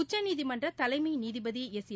உச்சநீதிமன்ற தலைமை நீதிபதி எஸ்ஏ